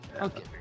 okay